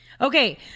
Okay